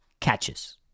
catches